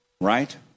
right